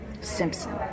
simpson